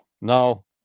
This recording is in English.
Now